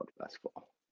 basketball